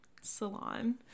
salon